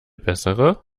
bessere